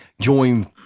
join